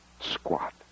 squat